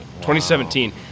2017